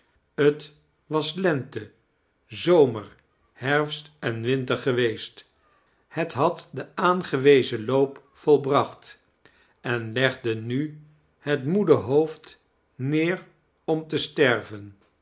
t avas lente zomer herfst en winter geweest het had den aangewezen loop volbracht en legde nu iiet moede hoofd neer oin te sterven